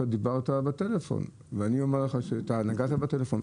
אתה דיברת בטלפון ואני אומר לך שאתה נגעת בטלפון.